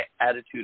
attitude